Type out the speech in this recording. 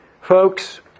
Folks